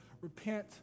repent